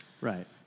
Right